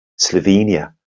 Slovenia